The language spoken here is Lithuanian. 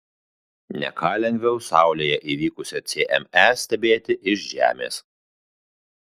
ne ką lengviau saulėje įvykusią cme stebėti iš žemės